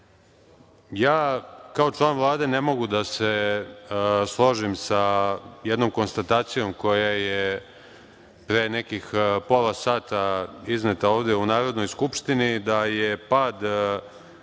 ja kao član Vlade ne mogu da se složim sa jednom konstatacijom koja je pre nekih pola sata izneta ovde u Narodnoj skupštini, da je pad